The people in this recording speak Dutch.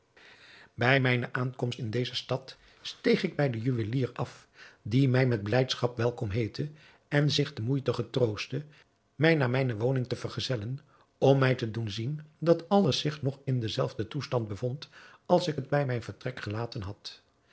bij mijne aankomst in deze stad steeg ik bij den juwelier af die mij met blijdschap welkom heette en zich de moeite getroostte mij naar mijne woning te vergezellen om mij te doen zien dat alles zich nog in den zelfden toestand bevond als ik het bij mijn vertrek gelaten had